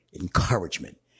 encouragement